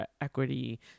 equity